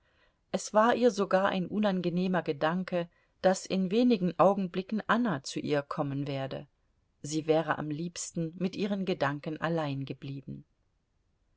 es war ihr sogar ein unangenehmer gedanke daß in wenigen augenblicken anna zu ihr kommen werde sie wäre am liebsten mit ihren gedanken allein geblieben